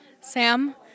Sam